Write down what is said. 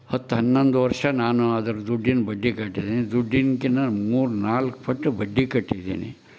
ಹತ್ತು ಹನ್ನೊಂದು ವರ್ಷ ನಾನು ಅದ್ರ ದುಡ್ಡಿನ ಬಡ್ಡಿ ಕಟ್ಟಿದ್ದೀನಿ ದುಡ್ಡಿನ ಕಿನ್ನ ಮೂರು ನಾಲ್ಕು ಪಟ್ಟು ಬಡ್ಡಿ ಕಟ್ಟಿದ್ದೀನಿ